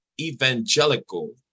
evangelical